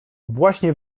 właśnie